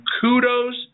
Kudos